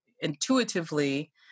intuitively